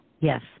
Yes